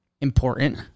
Important